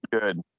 Good